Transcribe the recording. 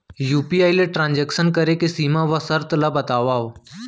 UPI ले transaction करे के सीमा व शर्त ला बतावव?